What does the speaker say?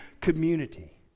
community